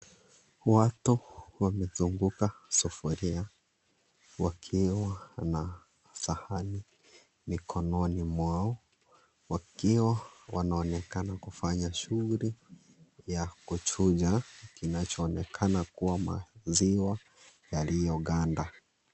Watu wamezunguka sufuria wakiwa na sahani mikononi mwao wakiwa wanaonekana kufanya shughuli ya kuchuja kinachoonekana kuwa maziwa yaliyoganda.